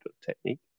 technique